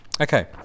Okay